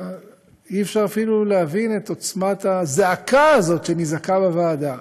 אי-אפשר אפילו להבין את עוצמת הזעקה הזאת שנזעקה בוועדה,